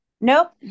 Nope